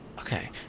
Okay